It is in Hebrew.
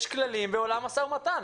יש כללים בעולם משא ומתן.